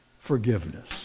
forgiveness